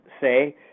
say